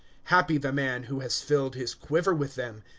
happy the man, who has filled his quiver with them.